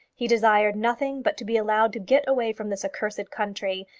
he desired nothing but to be allowed to get away from this accursed country,